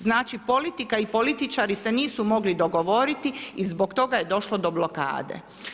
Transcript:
Znači politika i političari se nisu mogli dogovoriti i zbog toga je došlo do blokade.